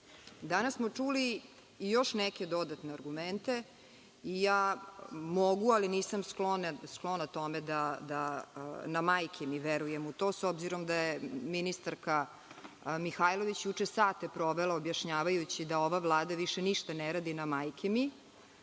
smo čuli i još neke dodatne argumente, mogu ali nisam sklona tome da na – majke mi, mogu da verujem u to, s obzirom da je ministarka Mihajlović juče sate provela objašnjavajući da ova Vlada više ništa ne radi na – majke mi,